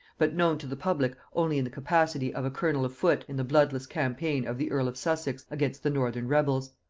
but known to the public only in the capacity of a colonel of foot in the bloodless campaign of the earl of sussex against the northern rebels.